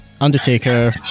Undertaker